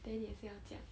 then 也是要这样